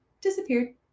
disappeared